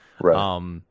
Right